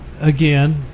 again